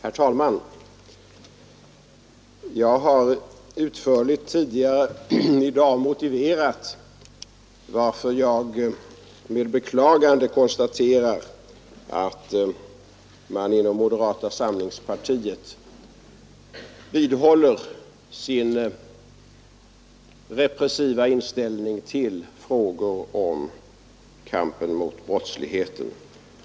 Nr 107 Herr talman! Jag har tidigare i dag utförligt motiverat varför jag med Fredagen den beklagande konstaterar att man inom moderata samlingspartiet vidhåller 1 juni 1973 sin repressiva inställning till frågor om kampen mot brottsligheten.